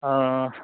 ओह